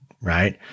right